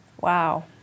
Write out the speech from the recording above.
wow